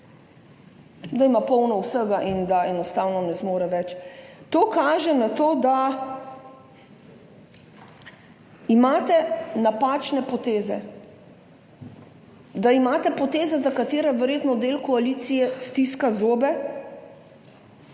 da ima polno vsega in da enostavno ne zmore več. To kaže na to, da delate napačne poteze, da delate poteze, pri katerih verjetno del koalicije stiska zobe,